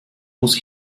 muss